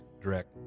direct